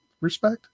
respect